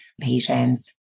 patients